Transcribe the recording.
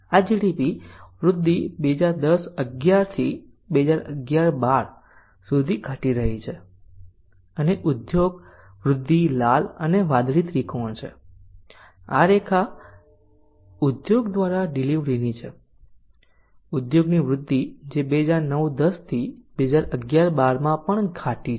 આ GDP વૃદ્ધિ 2010 11 થી 2011 12 સુધી ઘટી છે અને ઉદ્યોગ વૃદ્ધિ લાલ અને વાદળી ત્રિકોણ છે આ રેખા ઉદ્યોગ દ્વારા ડીલીવરીની છે ઉદ્યોગની વૃદ્ધિ જે 2009 10 થી 2011 12 માં પણ ઘાટી છે